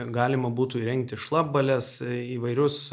galima būtų įrengti šlapbales įvairius